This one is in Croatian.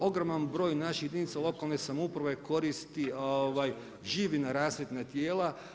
Ogroman broj naših jedinica lokalne samouprave koristi živina rasvjetna tijela.